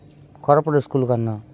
corporate స్కూళ్ళు కన్నా